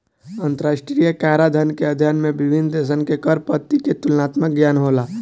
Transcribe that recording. अंतरराष्ट्रीय कराधान के अध्ययन से विभिन्न देशसन के कर पद्धति के तुलनात्मक ज्ञान होला